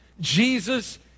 Jesus